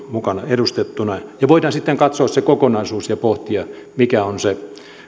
mukana edustettuna ja voidaan sitten katsoa se kokonaisuus ja pohtia mikä on se